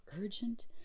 urgent